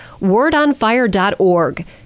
Wordonfire.org